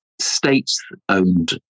state-owned